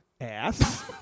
ass